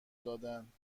دادند